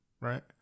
right